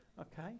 Okay